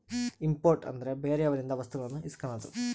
import ಅಂದ್ರೆ ಬೇರೆಯವರಿಂದ ವಸ್ತುಗಳನ್ನು ಇಸ್ಕನದು